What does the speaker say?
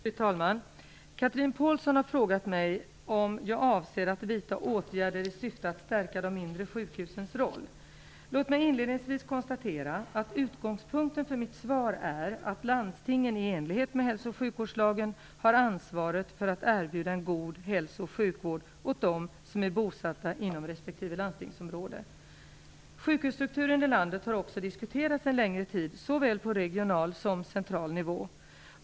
Fru talman! Chatrine Pålsson har frågat mig om jag avser att vidta åtgärder i syfte att stärka de mindre sjukhusens roll. Låt mig inledningsvis konstatera att utgångspunkten för mitt svar är att landstingen i enlighet med hälso och sjukvårdslagen har ansvaret för att erbjuda en god hälso och sjukvård åt dem som är bosatta inom respektive landstingsområde. Sjukhusstrukturen i landet har också diskuterats en längre tid såväl på regional som på central nivå.